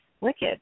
wicked